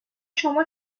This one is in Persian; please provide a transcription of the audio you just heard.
شما